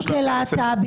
שיש לו הצעה לסדר.